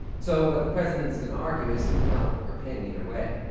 so what the president is going to argue is well, we're paying either way.